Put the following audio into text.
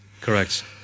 correct